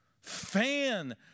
Fan